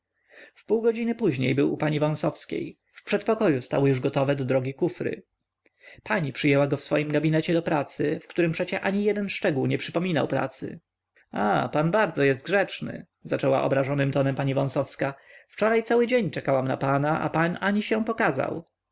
w pół godziny później był u pani wąsowskiej w przedpokoju stały już gotowe do drogi kufry pani przyjęła go w swoim gabinecie do pracy w którym przecie ani jeden szczegół nie przypominał pracy a pan bardzo jest grzeczny zaczęła obrażonym tonem pani wąsowska wczoraj cały dzień czekałam na pana a pan ani się pokazał